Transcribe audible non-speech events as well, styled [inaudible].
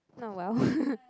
now well [laughs]